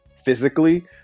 physically